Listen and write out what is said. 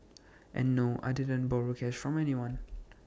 and no I didn't borrow cash from anyone